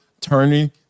turning